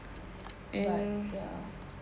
but ya